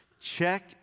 Check